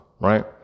right